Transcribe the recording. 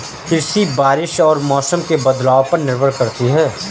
कृषि बारिश और मौसम के बदलाव पर निर्भर करती है